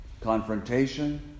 Confrontation